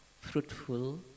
fruitful